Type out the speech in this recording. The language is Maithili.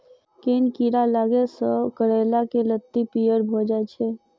केँ कीड़ा लागै सऽ करैला केँ लत्ती पीयर भऽ जाय छै?